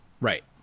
Right